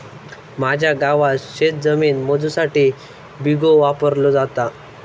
माझ्या गावात शेतजमीन मोजुसाठी बिघो वापरलो जाता